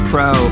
Pro